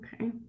Okay